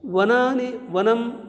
वनानि वनं